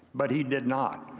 but he did not.